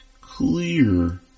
clear